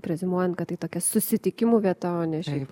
preziumuojant kad tokia susitikimų vieta o ne šiaip